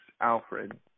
Alfred